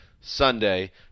Sunday